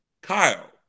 Kyle